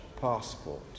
passport